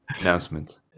announcement